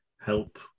help